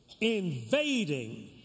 invading